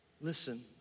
listen